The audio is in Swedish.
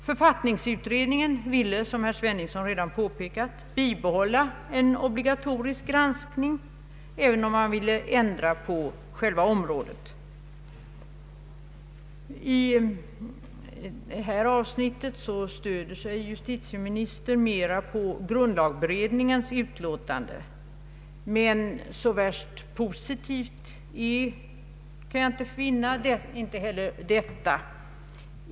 Författningsutredningen = ville, som herr Sveningsson redan påpekat, bibehålla en obligatorisk granskning även om man ville ändra på själva området. I detta avsnitt stöder sig justitieministern mer på grundlagberedningens utlåtande, men jag kan inte finna heller detta positivt.